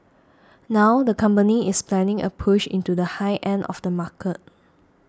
now the company is planning a push into the high end of the market